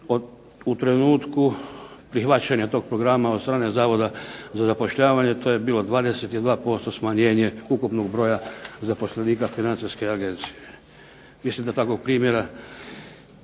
U trenutku prihvaćanja tog programa od strane Zavoda za zapošljavanje to je bilo 22% smanjenje ukupnog broja zaposlenika Financijske agencije. Mislim da takvog primjera